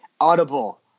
audible